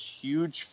huge